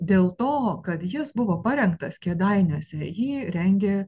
dėl to kad jis buvo parengtas kėdainiuose jį rengė